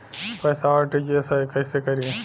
पैसा आर.टी.जी.एस कैसे करी?